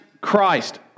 Christ